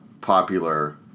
popular